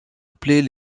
appelés